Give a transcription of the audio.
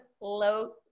low